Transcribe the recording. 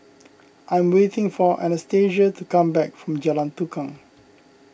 I am waiting for Anastasia to come back from Jalan Tukang